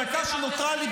אז בדקה שנותרה לי,